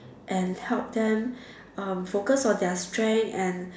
and help them um focus on their strength and